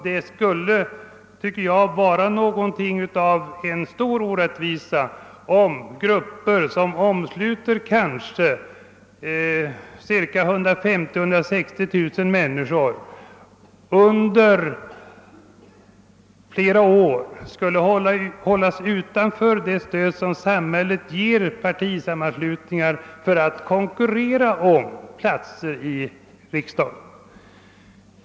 Det skulle enligt min mening utgöra en stor orättvisa, om grupper som kanske omsluter 160 000—170 000 människor under flera år skulle hållas utanför det stöd som samhället ger partisammanslutningar när det gäller att konkurrera om platser i riksdagen.